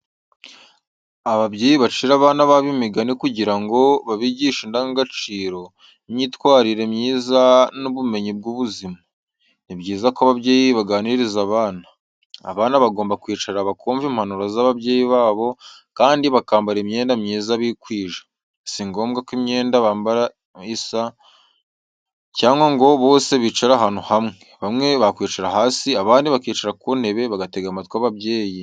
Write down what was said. Ababyeyi bacira abana babo imigani kugira ngo babigishe indangagaciro, imyitwarire myiza, n’ubumenyi bw’ubuzima. Ni byiza ko ababyeyi baganiriza abana. Abana bagomba kwicara bakumva impanuro z'ababyeyi babo kandi bakambara imyenda myiza bikwije. Si ngombwa ko imyenda bambaye isa, cyangwa ngo bose bicare ahantu hamwe. Bamwe bakwicara hasi abandi bakicara ku ntebe, bagatega amatwi ababyeyi.